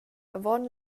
avon